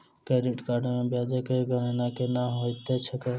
credit card मे ब्याजक गणना केना होइत छैक